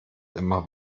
immer